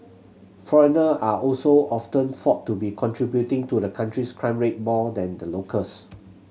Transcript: foreigner are also often thought to be contributing to the country's crime rate more than the locals